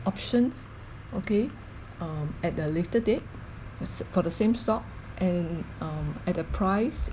options okay um at a later date f~ for the same stock and um at a price